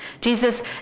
Jesus